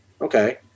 Okay